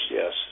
yes